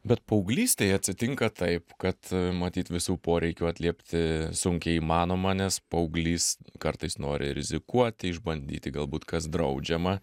bet paauglystėj atsitinka taip kad matyt visų poreikių atliepti sunkiai įmanoma nes paauglys kartais nori rizikuoti išbandyti galbūt kas draudžiama